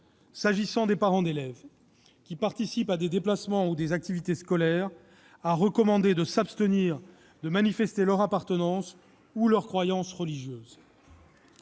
s'agissant des parents d'élèves qui participent à des déplacements ou des activités scolaires, à recommander de s'abstenir de manifester leur appartenance ou leurs croyances religieuses